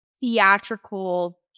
theatrical